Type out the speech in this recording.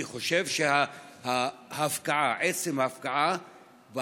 אני חושב שעצם ההפקעה,